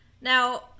now